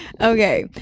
Okay